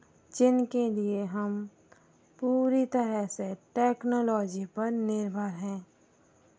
जिनके लिए हम पूरी तरह से टेक्नोलाॅजी पर निर्भर हैं